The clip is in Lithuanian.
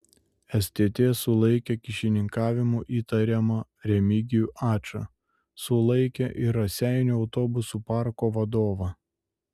stt sulaikė kyšininkavimu įtariamą remigijų ačą sulaikė ir raseinių autobusų parko vadovą